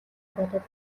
бодоод